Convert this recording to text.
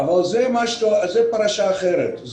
זו פרשה אחרת.